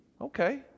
okay